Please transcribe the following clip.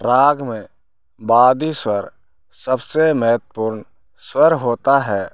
राग में बादी स्वर सबसे महत्वपूर्ण स्वर होता है